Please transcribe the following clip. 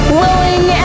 willing